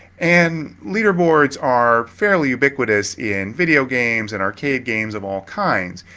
and, leaderboards are fairly ubiquitous in video games and arcade games of all kinds.